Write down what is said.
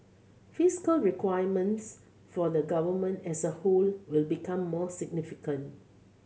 fiscal requirements for the Government as a whole will become more significant